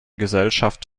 gesellschaft